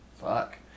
fuck